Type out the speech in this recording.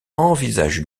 envisage